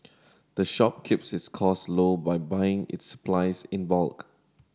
the shop keeps its cost low by buying its supplies in bulk